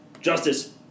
Justice